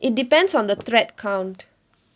it depends on the thread count